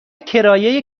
کرایه